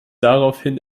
daraufhin